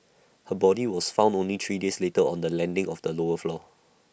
her body was found only three days later on the landing of the lower floor